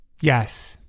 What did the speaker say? Yes